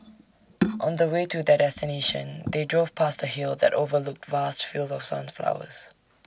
on the way to their destination they drove past A hill that overlooked vast fields of sunflowers